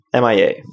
MIA